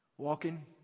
Walking